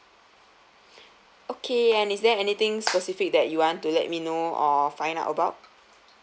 okay and is there anything specific that you want to let me know or find out about